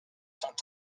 sont